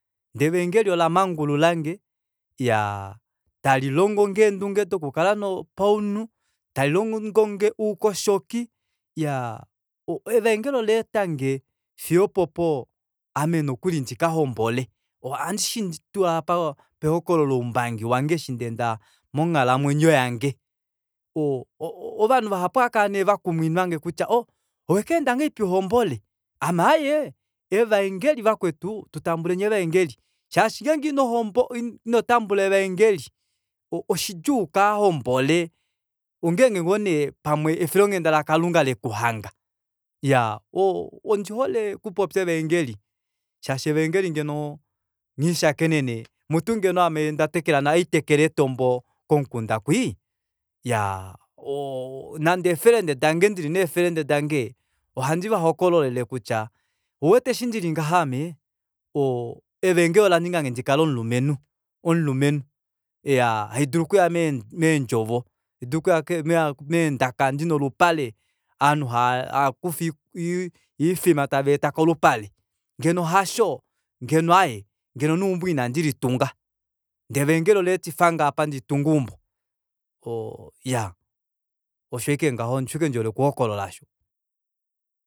Ndee eavangeli olamangululange iyaa talilongonge eendunge dokukala paunhu talilongonge oukoshoki iyaa evaengeli ola etange fiy opopo ame nokuli ndikahombole ohandi shiningi tuu apa pehokololo umbangi wange eshi ndaenda monghalamwenyo yange oo ovanhu vahapu ohaakala nee vakumwinange kutya owekeenda ngahelipi uhombole ame aaye evangeli vakwetu tutambuleni evaengeli shaashi ngenge inohombo inotambula evaengeli oshidjuu ukahombole ongenge ngoo nee pamwe efilonghenda lakalunga lekuhanga iyaa ondihole okupopya evaengeli shashi evaengeli ngeno nghilishakenekele mutu ngeno aame handi tekele eetombo komukunda kwii iyaa nande ee friend dange ndili nee friend dange ohandi vahokololele kutya ouwete eshi ndili ngaha ame evaengeli olaningange ndikale omulumenhu omulumenhu iyaa haidulu okuya meendjovo haidulu okuya meendaka ndina olupale ovanhu havakufa iifima taveeta kolupale ngeno hasho ngeno aaye ngeno neumbo inandi litunga ndee evaengeli olaetifange apa nditunge eumbo oo iyaa osho ashike ngaho osho ashike ndihole okuhokolola aasho